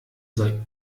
sei